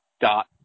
dot